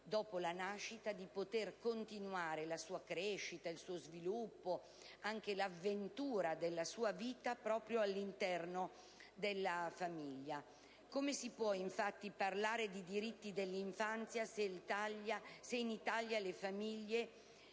dopo la nascita, di continuare la sua crescita, il suo sviluppo ed anche l'avventura della sua vita proprio all'interno della famiglia. Come si può infatti parlare di diritti dell'infanzia se in Italia le famiglie